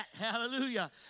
Hallelujah